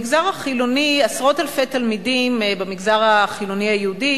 שעשרות-אלפי תלמידים במגזר החילוני היהודי